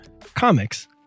comics